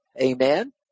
Amen